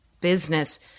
business